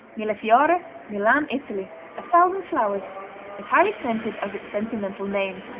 millefiori milan, italy a thousand flowers as highly scented as its sentimental name.